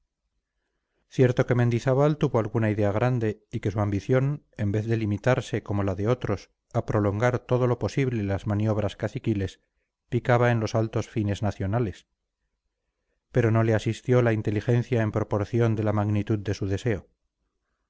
cierto que mendizábal tuvo alguna idea grande y que su ambición en vez de limitarse como la de otros a prolongar todo lo posible las maniobras caciquiles picaba en los altos fines nacionales pero no le asistió la inteligencia en proporción de la magnitud de su deseo